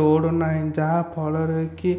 road ନାହିଁ ଯାହା ଫଳରେ କି